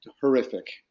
horrific